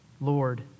Lord